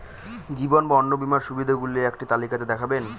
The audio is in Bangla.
জীবন বা অন্ন বীমার সুবিধে গুলো একটি তালিকা তে দেখাবেন?